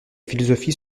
philosophie